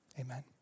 amen